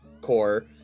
core –